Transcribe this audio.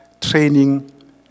Training